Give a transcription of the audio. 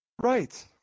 Right